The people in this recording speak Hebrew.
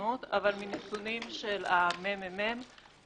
אבל מנתונים של הממ"מ,